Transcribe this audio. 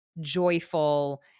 joyful